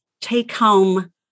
take-home